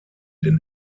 den